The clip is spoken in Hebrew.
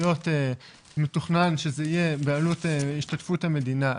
מתוכנן שהעלויות יהיו בהשתתפות המדינה,